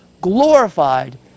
glorified